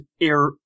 Air